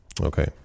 Okay